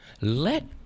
let